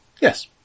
Yes